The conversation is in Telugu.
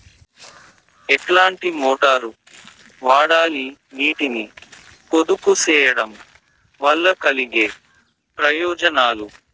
ఎట్లాంటి మోటారు వాడాలి, నీటిని పొదుపు సేయడం వల్ల కలిగే ప్రయోజనాలు?